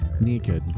naked